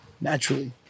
naturally